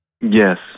Yes